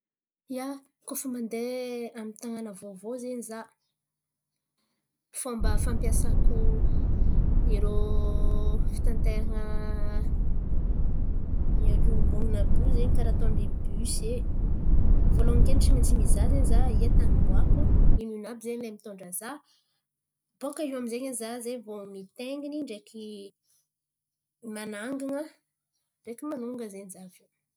Ia, koa fa mandeha amy tan̈àna vaovao zen̈y za, fômba fampiasako irô fitanteran̈a iombonan̈a àby io zen̈y karà ataony bisy e. Voalohany akendriky tsy maintsy mizaha zen̈y za aia tany imboako? Inoino àby zen̈y lay mitondra za? Bôka iô amy zay zen̈y za vo mitainginy, manangana ndreky manonga zen̈y za aviô.